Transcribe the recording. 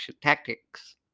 tactics